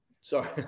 sorry